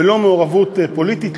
בלא מעורבות פוליטית.